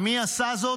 מי עשה זאת?